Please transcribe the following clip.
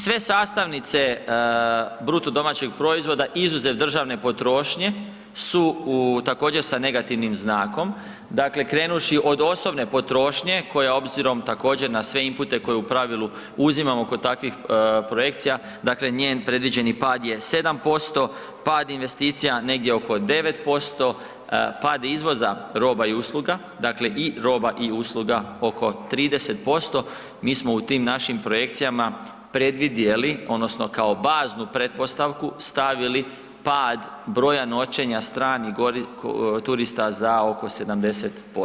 Sve sastavnice BDP-a izuzev državne potrošnje su također sa negativnim znakom, dakle krenuvši od osobne potrošnje koja obzirom također na sve impute koje u pravilu uzimamo kod takvih projekcija njen predviđeni pad je 7%, pad investicija negdje oko 9%, pada izvoza roba i usluga, dakle i roba i usluga oko 30% mi smo u tim našim projekcijama predvidjeli odnosno kao baznu pretpostavku stavili pad broja noćenja stranih turista za oko 70%